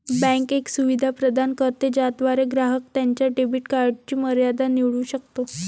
bank एक सुविधा प्रदान करते ज्याद्वारे ग्राहक त्याच्या डेबिट कार्डची मर्यादा निवडू शकतो